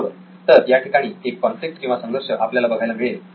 बरोबर तर याठिकाणी एक कॉन्फ्लिक्ट किंवा संघर्ष आपल्याला बघायला मिळेल